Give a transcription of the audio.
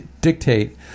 dictate